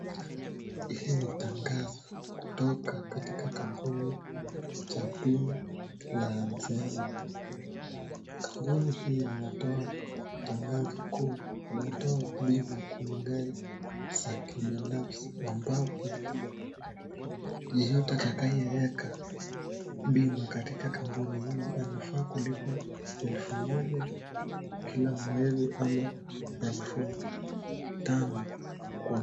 Hili ni tangazo kutoka katika kambuni cha bima la mzembe . Kambuni hiii inatoa tangazo kuu. Inatoa bima kuhusu gari za kibinasfi ambazo yeyote atakate weka bima katika kambuni hii anafaa kulipa elfu Moja Kila mwezi ama Elfu Tano Kwa.